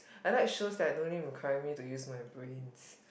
I like show no need require me to use my brains